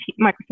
Microsoft